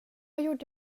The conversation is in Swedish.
gjorde